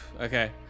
Okay